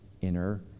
inner